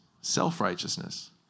self-righteousness